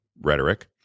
rhetoric